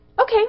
Okay